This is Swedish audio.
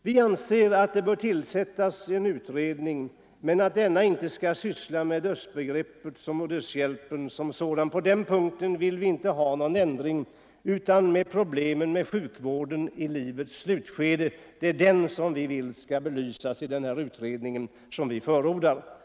Vi anser att det bör tillsättas en utredning men att denna inte skall syssla med dödsbegreppet och dödshjälpen. På den punkten vill vi inte ha någon ändring, utan vi vill utreda problemen med sjukvården i livets slutskede. Det är vad vi vill att den utredning vi förordar skall belysa.